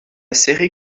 série